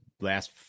last